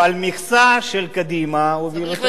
ועל מכסה של קדימה הוביל אותו,